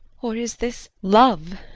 or is this love!